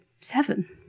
seven